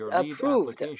approved